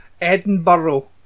Edinburgh